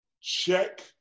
check